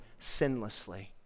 sinlessly